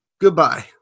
goodbye